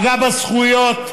פגע בזכויות,